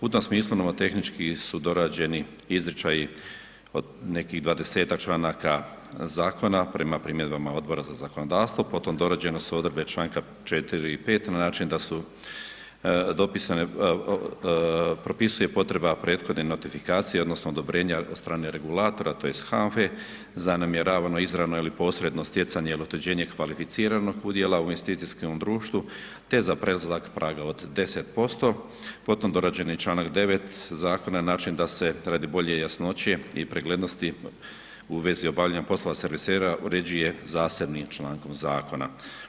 U tom smislu nomotehnički su dorađeni izričaji od nekih 20-tak članaka zakona prema primjedbama Odbora za zakonodavstvo, potom dorađene su odredbe čl. 4. i 5. na način da su dopisane, propisuje potreba prethodne notifikacije odnosno odobrenja od strane regulatora tj. HANFA-e za namjeravano, izravno ili posredno stjecanje ili otuđenje kvalificiranog udjela u investicijskom društvu, te za prelazak praga od 10%, potom dorađen je čl. 9. zakona na način da se radi bolje jasnoće i preglednosti u vezi obavljanja poslova servisera uređuje zasebnim člankom zakona.